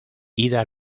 ida